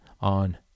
on